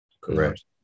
correct